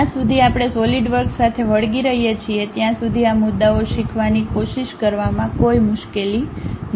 જ્યાં સુધી આપણે સોલિડવર્ક્સ સાથે વળગી રહીએ છીએ ત્યાં સુધી આ મુદ્દાઓ શીખવાની કોશિશ કરવામાં કોઈ મુશ્કેલી નથી